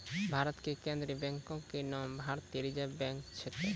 भारत के केन्द्रीय बैंको के नाम भारतीय रिजर्व बैंक छै